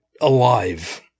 alive